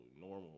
normal